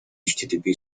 http